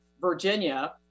Virginia